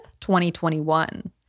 2021